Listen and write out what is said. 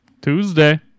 Tuesday